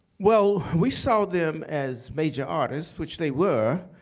well, we saw them as major artists, which they were.